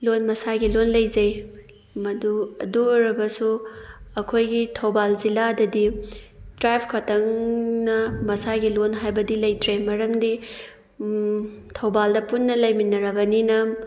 ꯂꯣꯟ ꯃꯁꯥꯒꯤ ꯂꯣꯟ ꯂꯩꯖꯩ ꯃꯗꯨ ꯑꯗꯨ ꯑꯣꯏꯔꯕꯁꯨ ꯑꯩꯈꯣꯏꯒꯤ ꯊꯧꯕꯥꯜ ꯖꯤꯂꯥꯗꯗꯤ ꯇ꯭ꯔꯥꯏꯞ ꯈꯇꯪꯅ ꯃꯁꯥꯒꯤ ꯂꯣꯟ ꯍꯥꯏꯕꯗꯤ ꯂꯩꯇ꯭ꯔꯦ ꯃꯔꯝꯗꯤ ꯊꯧꯕꯥꯜꯗ ꯄꯨꯟꯅ ꯂꯩꯃꯤꯟꯅꯔꯕꯅꯤꯅ